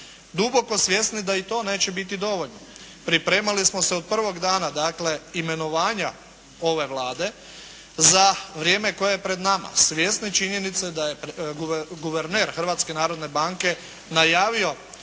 Duboko svjesni da i to neće biti dovoljno pripremali smo se od prvog dana dakle imenovanja ove Vlade za vrijeme koje je pred nama svjesni činjenice da je guverner Hrvatske narodne banke najavio